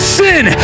sin